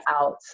out